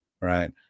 Right